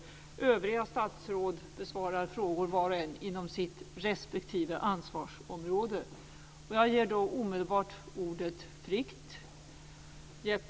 Övriga statsråd besvarar frågor var och en inom sitt respektive ansvarsområde. Jag ger omedelbart ordet fritt.